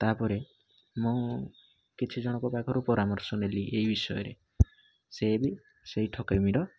ତା ପରେ ମୁଁ କିଛି ଜଣଙ୍କ ପାଖରୁ ପରାମର୍ଶ ନେଲି ଏହି ବିଷୟରେ ସିଏ ବି ସେଇ ଠକାମୀର